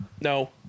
No